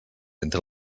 entre